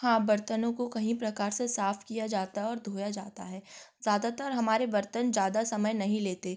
हाँ बर्तनों को कई प्रकार से साफ़ किया जाता है और धोया जाता है ज्यादातर हमारे बर्तन ज्यादा समय नहीं लेते